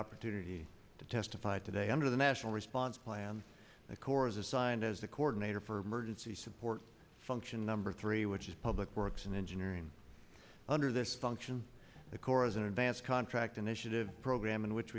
opportunity to testified today under the national response plan the corps is assigned as the coordinator for emergency support function number three which is public works and engineering under this function the corps is an advance contract initiative program in which